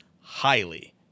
highly